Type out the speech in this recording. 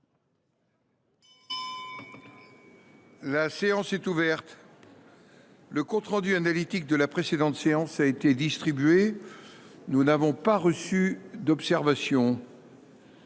La séance est ouverte. Le compte rendu analytique de la précédente séance a été distribué. Il n’y a pas d’observation